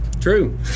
true